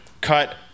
cut